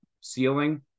ceiling